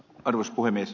arvoisa puhemies